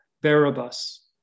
Barabbas